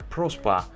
Prosper